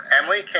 Emily